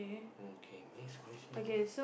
okay next question